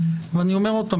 ואני אומר עוד פעם,